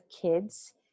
kids